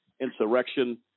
insurrection